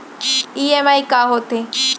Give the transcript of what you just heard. EMI का होथे?